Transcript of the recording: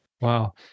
Wow